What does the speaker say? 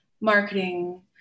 marketing